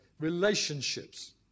relationships